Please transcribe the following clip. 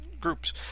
groups